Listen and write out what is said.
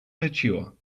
mature